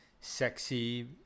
Sexy